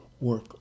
work